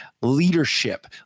leadership